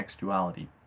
textuality